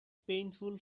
painful